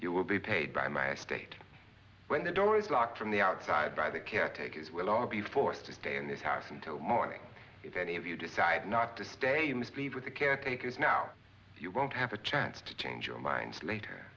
you will be paid by my estate when the door is locked from the outside by the caretakers will i be forced to stay in this house until morning if any of you decide not to stay in the speed with the caretakers now you won't have a chance to change your mind later